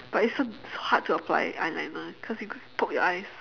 but it's so hard to apply eyeliner cause it could poke your eyes